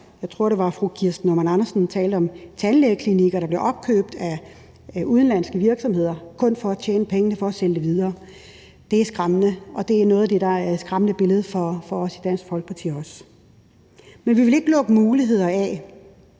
Jeg tror, det var fru Kirsten Normann Andersen, der talte om tandlægeklinikker, der blev opkøbt af udenlandske virksomheder, kun for at tjene pengene for at sælge dem videre. Det er skræmmende, og det er også noget af det, der er skræmmebilledet for os i Dansk Folkeparti. Vi vil ikke lukke muligheder af,